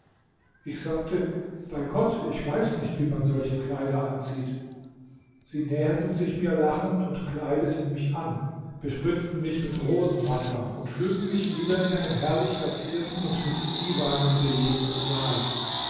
ich sagte bei gott ich weiß nicht wie man solche kleider anzieht sie näherten sich mir lachend und kleideten mich an bespritzten mich mit rosenwasser und führten mich wieder in einen herrlich verzierten und mit divanen belegten saal